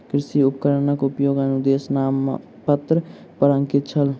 कृषि उपकरणक उपयोगक अनुदेश नामपत्र पर अंकित छल